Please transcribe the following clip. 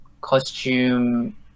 costume